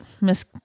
Miss